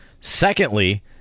Secondly